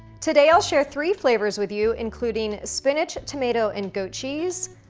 today i'll share three flavors with you including spinach, tomato, and goat cheese,